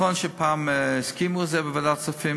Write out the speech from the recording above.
נכון שפעם הסכימו לזה בוועדת הכספים.